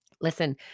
Listen